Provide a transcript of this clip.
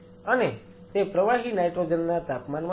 અને તે પ્રવાહી નાઈટ્રોજન ના તાપમાનમાં રહે છે